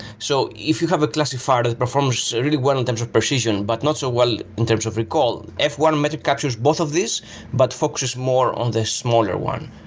so if you have a classifier performance really well in terms of precision, but not so well in terms of recall, f one metric captures both of these but focuses more on the smaller one.